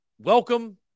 welcome